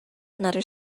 another